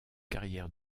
carrière